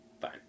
fine